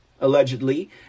allegedly